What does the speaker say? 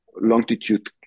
longitude